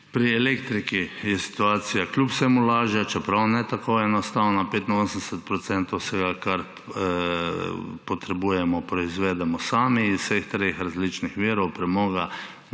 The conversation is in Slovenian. Pri elektriki je situacija kljub vsemu lažja, čeprav ne tako enostavna, 85 % vsega, kar potrebujemo, proizvedemo sami iz vseh treh različnih virov premoga,